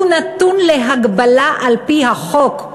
הוא נתון להגבלה על-פי החוק.